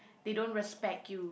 they don't respect you